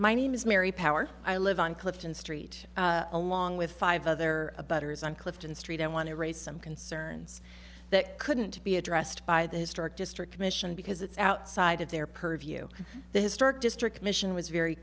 my name is mary power i live on clifton street along with five other abettors on clifton st i want to raise some concerns that couldn't be addressed by the historic district commission because it's outside of their purview the historic district mission was very